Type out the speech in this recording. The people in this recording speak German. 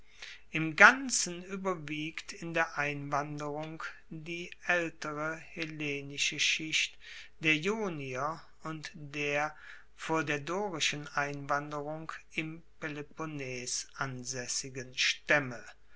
im ganzen ueberwiegt in der einwanderung die aeltere hellenische schicht der ionier und der vor der dorischen einwanderung im peloponnes ansaessigen staemme